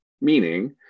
meaning